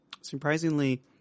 Surprisingly